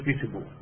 visible